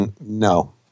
no